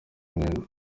mwebwe